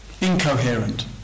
incoherent